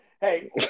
Hey